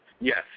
Yes